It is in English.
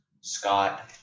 Scott